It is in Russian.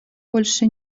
больше